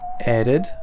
added